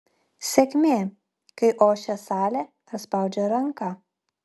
sėkmė kai ošia salė ar spaudžia ranką